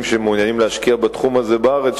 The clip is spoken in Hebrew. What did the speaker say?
שמעוניינים להשקיע בתחום הזה בארץ,